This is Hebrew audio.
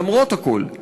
למרות הכול,